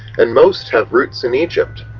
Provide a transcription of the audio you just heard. and most have roots in egypt.